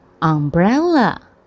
Umbrella